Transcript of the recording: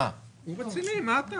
ננעלה